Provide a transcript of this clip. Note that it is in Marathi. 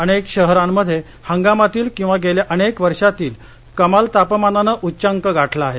अनेक शहरांमध्ये हंगामातील किंवा गेल्या अनेक वर्षातील कमाल तापमानानं उच्चांक गाठला आहे